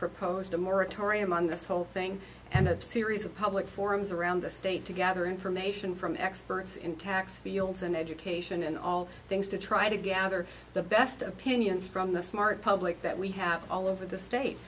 proposed a moratorium on this whole thing and a series of public forums around the state to gather information from experts in tax fields and education and all things to try to gather the best opinions from the smart public that we have all over the state